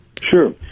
Sure